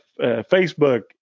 Facebook